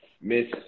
Miss